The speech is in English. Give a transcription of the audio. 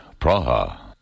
Praha